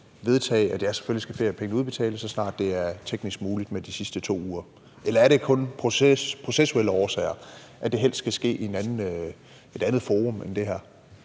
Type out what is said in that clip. vedtage, at selvfølgelig skal feriepengene udbetales, så snart det er teknisk muligt med de sidste 2 uger? Eller er det kun af processuelle årsager, at det helst skal ske i et andet forum end det her?